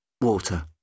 water